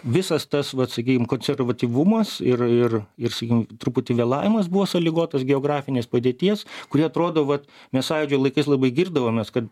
visas tas vat sakykim konservatyvumas ir ir ir sakykim truputį vėlavimas buvo sąlygotas geografinės padėties kuri atrodo vat mes sąjūdžio laikais labai girdavomės kad